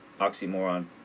Oxymoron